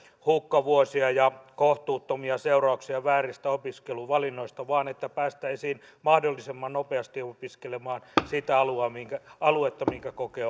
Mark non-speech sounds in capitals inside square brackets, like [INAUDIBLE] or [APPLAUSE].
hukkavuosia ja kohtuuttomia seurauksia vääristä opiskeluvalinnoista vaan että päästäisiin mahdollisimman nopeasti opiskelemaan sitä aluetta minkä kokee [UNINTELLIGIBLE]